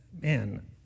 man